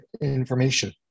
information